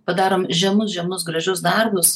padarome žemus žemus gražius darbus